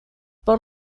por